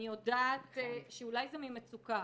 אני יודעת שאולי זה ממצוקה,